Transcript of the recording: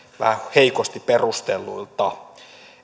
heikosti perustelluilta